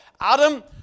Adam